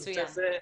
מצוין.